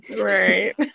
right